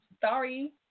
Sorry